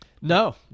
No